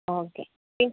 okay